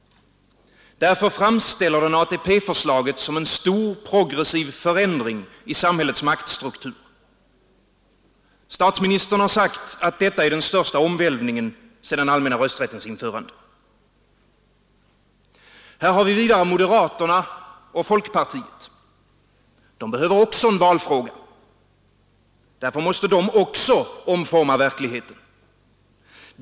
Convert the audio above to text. Därför framställer den ATP-förslaget som en stor progressiv förändring i samhällets maktstruktur. Statsministern har sagt att detta är den största omvälvningen sedan allmänna rösträttens införande. Här har vi vidare moderaterna och folkpartiet. De behöver också en valfråga. Därför måste de också omforma verkligheten.